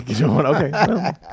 Okay